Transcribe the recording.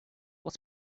was